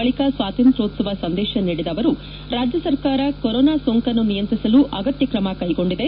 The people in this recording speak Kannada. ಬಳಿಕ ಸ್ವಾತಂತ್ರ್ತ್ಯೋಶ್ಲವ ಸಂದೇಶ ನೀಡಿದ ಅವರು ರಾಜ್ಯ ಸರ್ಕಾರ ಕೊರೊನಾ ಸೋಂಕನ್ನು ನಿಯಂತ್ರಿಸಲು ಅಗತ್ಯ ಕ್ರಮಕೈಗೊಂಡಿದೆ